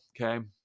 Okay